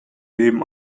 leben